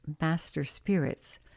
master-spirits